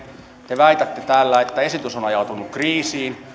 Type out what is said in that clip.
te väitätte täällä että esitys on ajautunut kriisiin